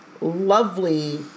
lovely